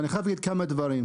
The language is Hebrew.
אני חייב להגיד כמה דברים.